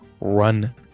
run